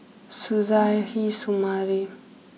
Suzairhe Sumari